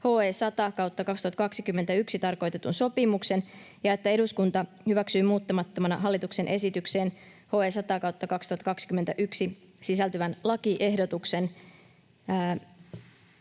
HE 100/2021 vp tarkoitetun sopimuksen ja että eduskunta hyväksyy muuttamattomana hallituksen esitykseen HE 100/2021 vp sisältyvän lakiehdotuksen.